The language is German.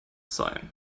sein